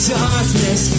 darkness